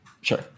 Sure